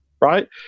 Right